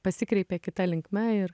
pasikreipė kita linkme ir